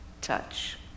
touch